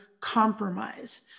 compromise